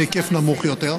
בהיקף נמוך יותר,